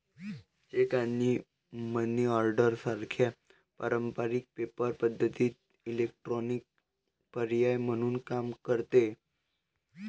check आणि money order सारख्या पारंपारिक पेपर पद्धतींना इलेक्ट्रॉनिक पर्याय म्हणून काम करते